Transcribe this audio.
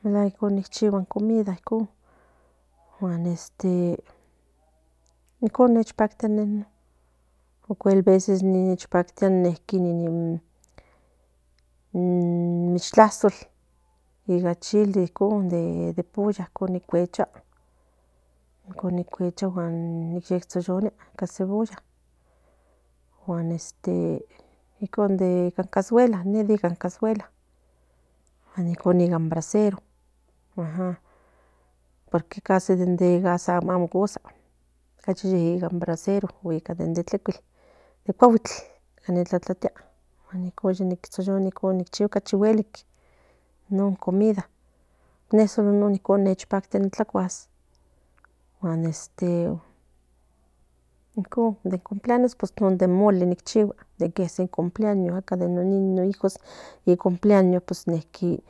melaguack chigua in comida icon nchecpactia ocuel veces in mishclashok ica chile de pulla y con ni cuechua ni tsoyonia in cebolla nincon de in cascguela o cuel de brasero porque casi amo nicanor gas amo cosas casi ica in brasero nin cuaguitl tlacaltia nincon ni choyonis non guelik in comida así me gusta comer guan icon de in c pleaños non de moli nichihua de se c ple acá de no niños hijos pues icon